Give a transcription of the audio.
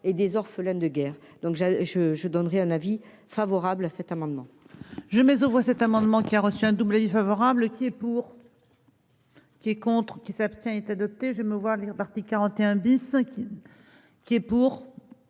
et des orphelins de guerre, donc je je je donnerai un avis favorable à cet amendement.